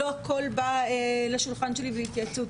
לא הכל בא לשולחן שלי להתייעצות,